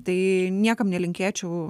tai niekam nelinkėčiau